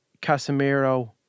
Casemiro